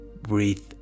Breathe